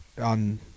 on